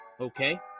Okay